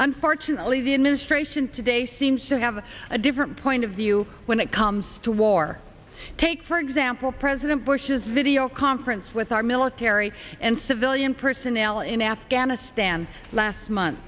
unfortunately the ministration today seems to have a different point of view when it comes to war take for example president bush's video conference with our military and civilian personnel in afghanistan last month